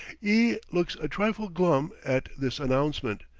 e looks a trifle glum at this announcement,